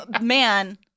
man